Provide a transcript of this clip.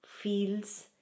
feels